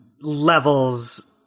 levels